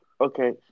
Okay